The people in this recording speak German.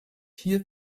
hier